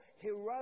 heroic